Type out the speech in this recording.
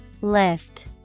Lift